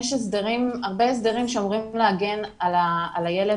יש הרבה הסדרים שאמורים להגן על הילד